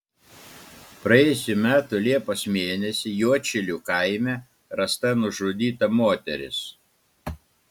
praėjusių metų liepos mėnesį juodšilių kaime rasta nužudyta moteris